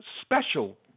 special